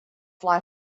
fly